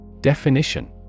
Definition